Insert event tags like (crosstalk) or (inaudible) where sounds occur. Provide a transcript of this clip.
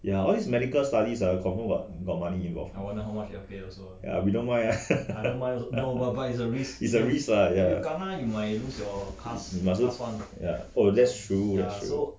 ya all this medical studies ah confirm got got money involved ya you don't mind (laughs) is a risk lah must look ya oh that true that true